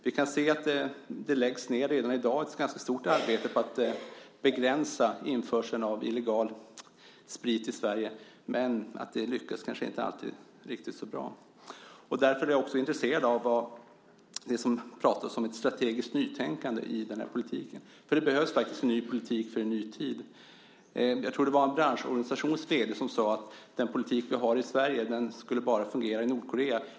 Vi kan se att det redan i dag läggs ned ett ganska stort arbete på att begränsa införseln av illegal sprit till Sverige, men att det kanske inte alltid lyckas så bra. Därför är jag intresserad av det som sägs om ett strategiskt nytänkande i den här politiken. Det behövs faktiskt en ny politik för en ny tid. Jag tror att det var en branschorganisations vd som sade att den politik vi har i Sverige bara skulle fungera i Nordkorea.